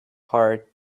heart